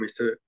Mr